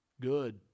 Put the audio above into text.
good